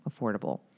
affordable